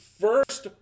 first